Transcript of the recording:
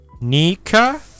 Nika